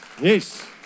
Yes